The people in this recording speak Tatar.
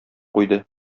куйды